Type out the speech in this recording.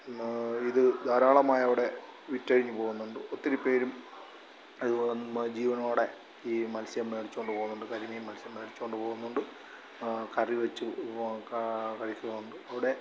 ഇത് ധാരാളമായവിടെ വിറ്റഴിഞ്ഞ് പോകുന്നുണ്ട് ഒത്തിരിപ്പേരും അതുപോലെ വന്ന് ജീവനോടെ ഈ മത്സ്യം മേടിച്ചോണ്ട് പോകുന്നുണ്ട് കരിമീൻ മത്സ്യം മേടിച്ചോണ്ട് പോകുന്നുണ്ട് കറിവെച്ച് ക കഴിക്കുന്നുണ്ട് അവിടെ